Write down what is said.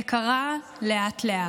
"זה קרה לאט-לאט,